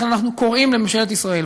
לכן אנחנו קוראים לממשלת ישראל,